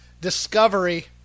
Discovery